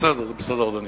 זה בסדר, זה בסדר, אדוני.